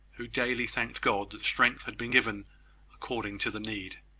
who daily thanked god that strength had been given according to the need.